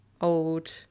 old